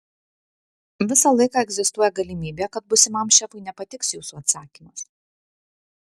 visą laiką egzistuoja galimybė kad būsimam šefui nepatiks jūsų atsakymas